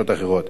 מאותו סוג,